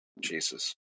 Jesus